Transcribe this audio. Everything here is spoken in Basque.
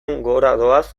doaz